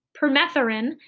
permethrin